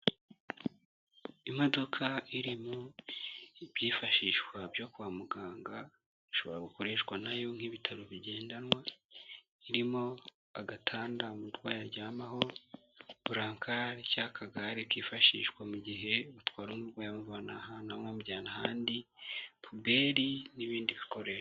Imodoka irimo ibyifashishwa byo kwa muganga ishobora gukoreshwa na yo nk'ibitaro bigendanwa, irimo agatanda umurwayi aryamaho, burankali y'akagare kifashishwa mu gihe batwara umurwayi bamuvana ahantu hamwe bamujyana ahandi, puberi n'ibindi bikoresho.